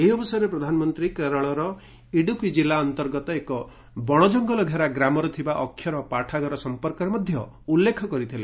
ଏହି ଅବସରରେ ପ୍ରଧାନମନ୍ତ୍ରୀ କେରଳର ଇଡୁକି ଜିଲ୍ଲା ଅନ୍ତର୍ଗତ ଏକ ବଣଜଙ୍ଗଲ ଘେରା ଗ୍ରାମରେ ଥିବା ଅକ୍ଷର ପାଠାଗାର ସଂପର୍କରେ ମଧ୍ୟ ଉଲ୍ଲେଖ କରିଥିଲେ